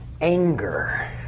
Anger